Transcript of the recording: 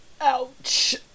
ouch